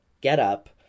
getup